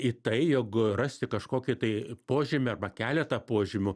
į tai jog rasti kažkokį tai požymį arba keletą požymių